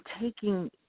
taking